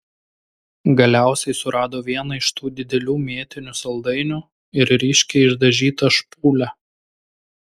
galiausiai surado vieną iš tų didelių mėtinių saldainių ir ryškiai išdažytą špūlę